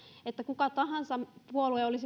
mikä tahansa puolue olisi